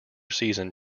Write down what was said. season